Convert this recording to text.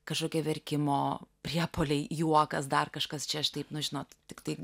kažkokie verkimo priepuoliai juokas dar kažkas čia aš taip nu žinot tiktai